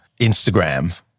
Instagram